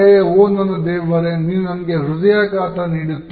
ಓ ನನ್ನ ದೇವರೇ ನೀನು ನಂಗೆ ಹೃದಯಾಘಾತಕ ನೀಡುತ್ತೀಯ